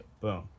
Boom